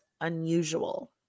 unusual